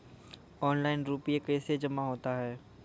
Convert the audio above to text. Online रुपये कैसे जमा होता हैं?